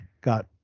got